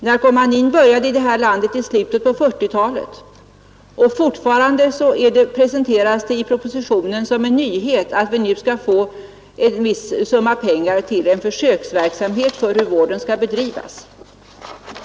Narkomanin började här i landet i slutet på 1940-talet, och nu presenteras det i propositionen som en nyhet att vi skall få ett visst belopp till en försöksverksamhet för hur vården skall bedrivas.